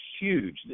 huge